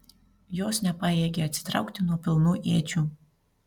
jos nepajėgė atsitraukti nuo pilnų ėdžių